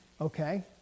okay